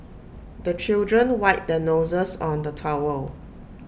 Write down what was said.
the children wipe their noses on the towel